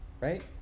Right